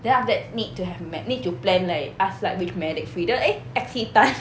then after that need to have me~ need to plan like ask like which medic free 的 eh axy tan